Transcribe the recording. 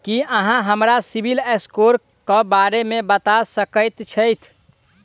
की अहाँ हमरा CIBIL score क बारे मे बता सकइत छथि?